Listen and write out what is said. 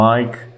Mike